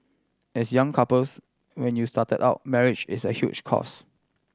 as young couples when you started out marriage is a huge cost